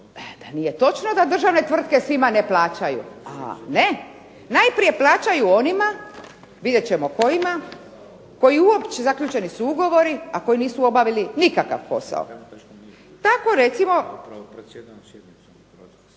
Nije točno da državne tvrtke svima ne plaćaju, a ne. Najprije plaćaju onima, vidjet ćemo kojima, koji uopće zaključeni su ugovori, a koji nisu obavili nikakav posao. Tako recimo,